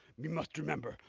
me must remember,